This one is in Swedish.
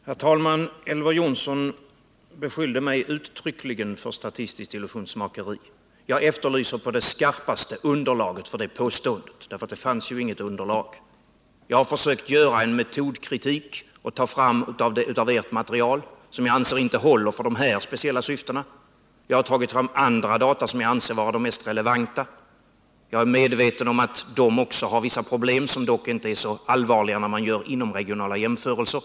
Herr talman! Elver Jonsson beskyller mig uttryckligen för att tillämpa statistiskt illusionsmakeri. Jag efterlyser på det skarpaste underlaget för det påståendet, för det redovisades inte något sådant. Jag har försökt göra en metodkritik genom att ta fram data ur ert material som enligt min åsikt inte håller för dessa speciella syften. Jag har tagit fram andra data som jag anser vara de mest relevanta. Jag är medveten om att också de har vissa svagheter, men de är inte så allvarliga när man gör inomregionala jämförelser.